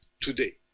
today